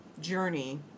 journey